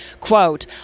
Quote